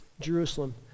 Jerusalem